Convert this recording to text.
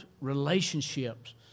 relationships